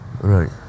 right